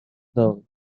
though